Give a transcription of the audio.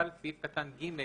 אבל סעיף קטן ג',